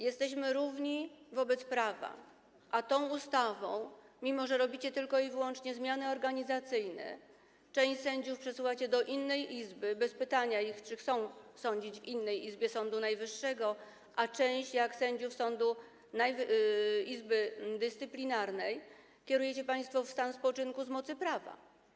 Jesteśmy równi wobec prawa, a tą ustawą, mimo że wprowadzacie tylko i wyłącznie zmiany organizacyjne, część sędziów przesuwacie do innej izby bez pytania ich, czy chcą sądzić w innej izbie Sądu Najwyższego, a część sędziów kierujecie państwo w stan spoczynku z mocy prawa.